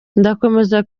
ndakomeza